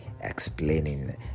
explaining